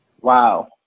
Wow